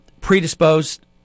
predisposed